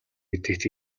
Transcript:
гэдэгт